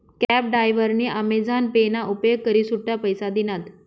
cab डायव्हरनी Amazon पे ना उपेग करी सुट्टा पैसा दिनात